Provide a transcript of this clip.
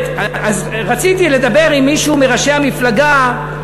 רציתי לדבר עם מישהו מראשי המפלגה,